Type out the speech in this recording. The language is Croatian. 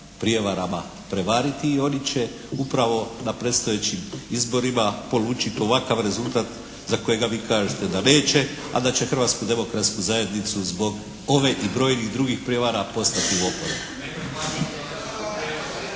prijevarama prevariti i oni će upravo na predstojećim izborima polučiti ovakav rezultat za kojega vi kažete da neće, a da će Hrvatsku demokratsku zajednicu zbog ove i brojnih drugih prijevara poslati u oporbu.